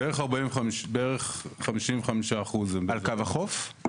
בערך 55%. על קו החוף?